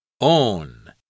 Own